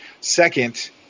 Second